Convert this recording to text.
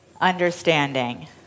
Understanding